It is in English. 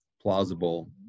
plausible